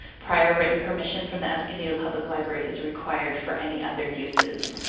prior written permission from the escondido public library is required for any other uses.